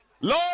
Lord